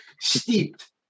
steeped